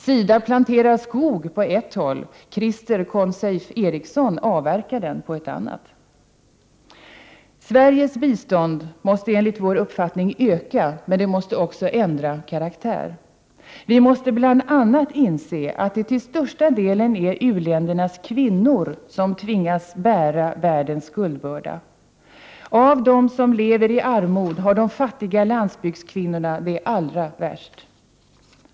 SIDA planterar skog på ett håll, Christer ”Consafe” Ericsson avverkar den på ett annat. Sveriges bistånd måste enligt vår uppfattning öka, men det måste också ändra karaktär. Vi måste bl.a. inse att det till största delen är u-ländernas kvinnor som tvingas bära världens skuldbörda. Av dem som lever i armod har de fattiga landsbygdskvinnorna det allra värst.